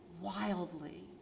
wildly